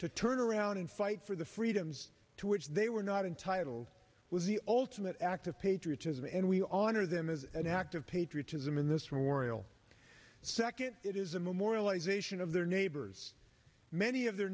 to turn around and fight for the freedoms to which they were not entitled was the ultimate act of patriotism and we all honor them as an act of patriotism in this room oriel second it is a memorialization of their neighbors many of their